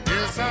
Yes